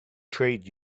trade